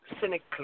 cynically